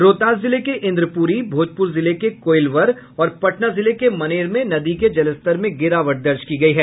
रोहतास जिले के इंद्रपुरी भोजपुर जिले के कोइलवर और पटना जिले के मनेर में नदी के जलस्तर में गिरावट दर्ज की गयी है